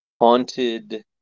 haunted